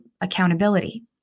accountability